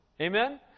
Amen